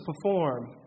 perform